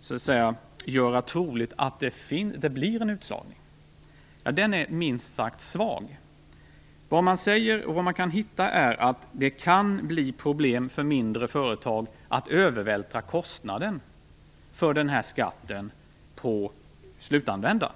som gör det troligt att det verkligen blir en utslagning? Argumenteringen är minst sagt svag. Vad man kan hitta för argument är att det kan bli problem för mindre företag att övervältra kostnaden för den här skatten på slutanvändaren.